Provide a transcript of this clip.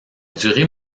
durée